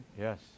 Yes